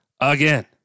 again